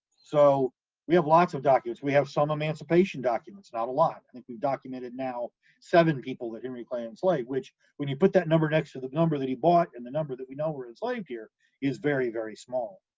so we have lots of documents. we have some emancipation documents, not a lot, i think we've documented now seven people that henry clay enslaved, which when you put that number next to the number that he bought and the number that we know were enslaved here it's very, very small.